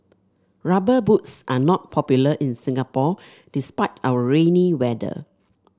rubber boots are not popular in Singapore despite our rainy weather